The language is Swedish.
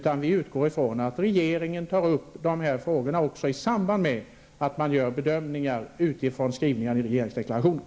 Vi utgår från att regeringen tar upp de här frågorna i samband med att man gör bedömningar utifrån skrivningarna i regeringsdeklarationen.